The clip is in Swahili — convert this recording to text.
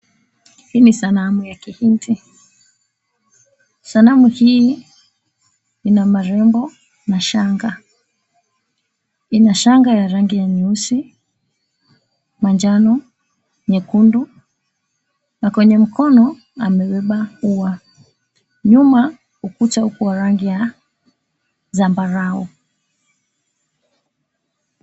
Hii ni sanamu ya Kihindi. Sanamu hii ina marembo na shanga. Ina shanga ya rangi nyeusi, manjano, nyekundu na kwenye mkono amebeba ua nyuma ukuta uko kwa rangi ya zambarau.